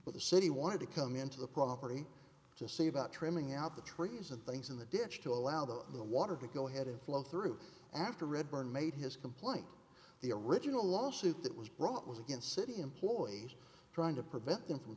but the city wanted to come into the property to see about trimming out the trees and things in the ditch to allow the water to go ahead and flow through after redburn made his complaint the original lawsuit that was brought was against city employees trying to prevent them from